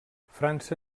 frança